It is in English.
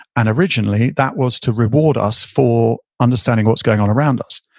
and originally that was to reward us for understanding what was going on around us.